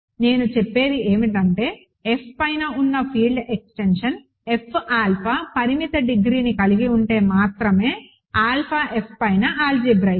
నేను చెప్పేది ఏమిటంటే F పైన ఉన్న ఫీల్డ్ ఎక్స్టెన్షన్ F ఆల్ఫా పరిమిత డిగ్రీని కలిగి ఉంటే మాత్రమే ఆల్ఫా F పైన ఆల్జీబ్రాయిక్